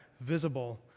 visible